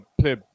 play